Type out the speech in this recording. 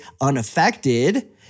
unaffected